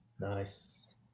Nice